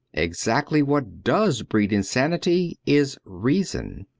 exactly what does breed insanity is reason.